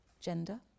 gender